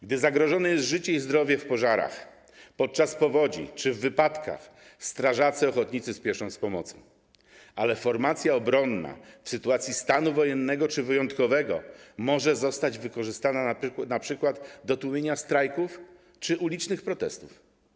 Gdy zagrożone jest życie i zdrowie w czasie pożarów, podczas powodzi czy w wypadkach, strażnicy ochotnicy spieszą z pomocą, ale formacja obronna w sytuacji stanu wojennego czy wyjątkowego może zostać wykorzystana np. do tłumienia strajków czy ulicznych protestów.